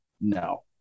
No